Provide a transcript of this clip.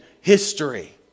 history